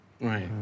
Right